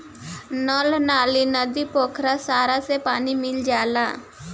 नल नाली, नदी, पोखरा सारा से पानी मिल जाला